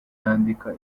yandika